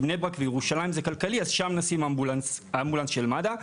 בני ברק וירושלים זה כלכלי אז שם נשים אמבולנס של מד"א.